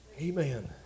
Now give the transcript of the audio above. Amen